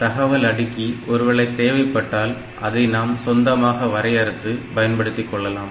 தகவல் அடுக்கி ஒருவேளை தேவைப்பட்டால் அதை நாம் சொந்தமாக வரையறுத்து பயன்படுத்திக் கொள்ளலாம்